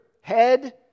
head